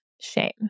Shame